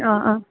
ആ ആ